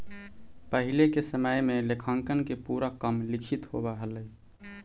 पहिले के समय में लेखांकन के पूरा काम लिखित होवऽ हलइ